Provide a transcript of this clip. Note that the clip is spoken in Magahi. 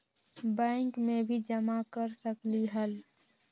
बैंक में भी जमा कर सकलीहल?